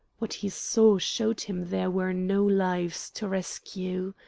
what he saw showed him there were no lives to rescue.